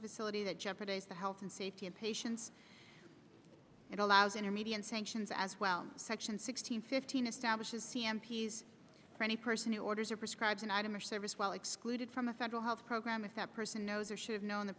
facility that jeopardize the health and safety of patients it allows an immediate sanctions as well section six hundred fifteen establishes c m p's for any person who orders or prescribe an item or service while excluded from a federal health program if that person knows or should have known the